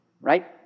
right